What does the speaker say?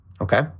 okay